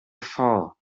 fall